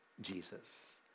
Jesus